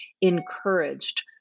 encouraged